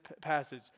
passage